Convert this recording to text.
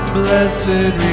blessed